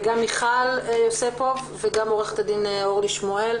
מיכל יוספוף ועורכת הדין אורלי שמואל,